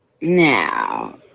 Now